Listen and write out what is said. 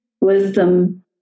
wisdom